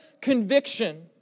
conviction